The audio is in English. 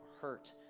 hurt